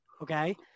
Okay